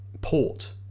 port